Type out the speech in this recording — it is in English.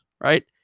right